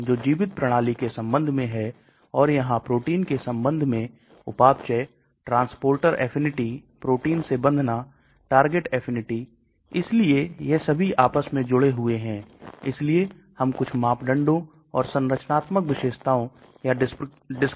यदि आप GI के विभिन्न हिस्सों में पारगमन के समय को देखते हैं तो आप जानते हैं कि esophagus से शुरू होकर 30 मिनट से 35 घंटे लगते हैं जबकि यदि आप jejunum मैं जाते हैं तो यह 3 से 4 घंटे और फिर सतह क्षेत्रफल 120 वर्ग मीटर हो सकता है यदि आप इसे देखते हैं हम इसे छोटी आंत कहते हैं पेट का क्षेत्रफल बहुत कम है 01 वर्ग मीटर